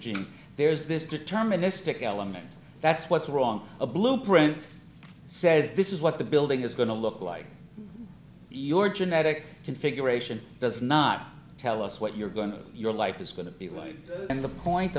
gene there's this deterministic element that's what's wrong a blueprint says this is what the building is going to look like your genetic configuration does not tell us what you're going to your life is going to be like and the point